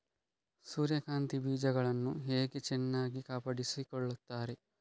ಸೂರ್ಯಕಾಂತಿ ಬೀಜಗಳನ್ನು ಹೇಗೆ ಚೆನ್ನಾಗಿ ಕಾಪಾಡಿಕೊಳ್ತಾರೆ?